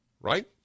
Right